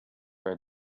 read